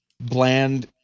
Bland